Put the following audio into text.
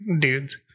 dudes